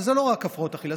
אבל זה לא רק הפרעות אכילה,